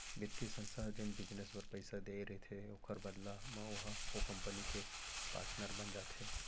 बित्तीय संस्था ह जेन बिजनेस बर पइसा देय रहिथे ओखर बदला म ओहा ओ कंपनी के पाटनर बन जाथे